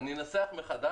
אני אנסח מחדש.